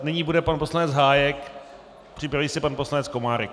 Nyní bude pan poslanec Hájek, připraví se pan poslanec Komárek.